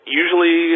usually